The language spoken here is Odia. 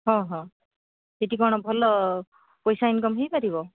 ହଁ ହଁ ସେଠି କ'ଣ ଭଲ ପଇସା ଇନ୍କମ୍ ହୋଇପାରିବ